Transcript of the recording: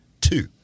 Two